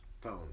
phone